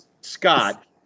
Scott